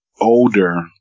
older